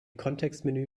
kontextmenü